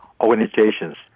organizations